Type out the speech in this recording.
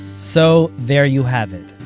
so, there you have it,